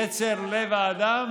יצר לב האדם,